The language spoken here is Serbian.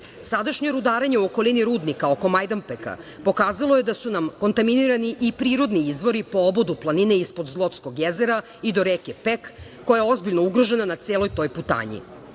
sveta. Sadašnje rudarenje u okolini rudnika oko Majdanpeka pokazalo je da su nam kontaminirani i prirodni izvori po obodu planine ispod Zlotskog jezera i do reke Pek, koja je ozbiljno ugrožena na celoj toj putanji. Znači,